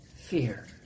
fear